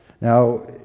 Now